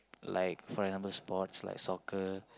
like for example sports like soccer